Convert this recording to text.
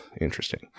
Interesting